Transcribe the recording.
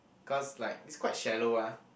cause like it's quite shallow ah